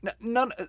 none